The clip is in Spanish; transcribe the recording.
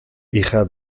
hija